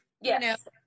Yes